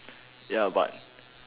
ya but